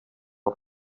aya